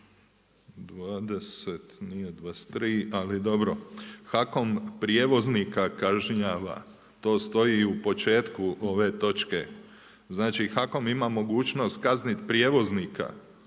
je bilo u članku 23., HAKOM prijevoznika kažnjava, to stoji u početku ove točke, znači HAKOM ima mogućnost kazniti prijevoznika